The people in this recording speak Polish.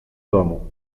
domu